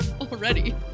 already